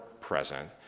present